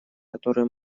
которую